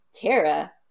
Tara